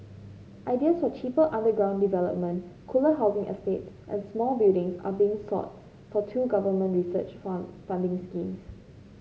ideas for cheaper underground development cooler housing estates and smart buildings are being sought for two government research fun funding schemes